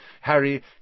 Harry